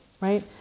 right